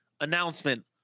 announcement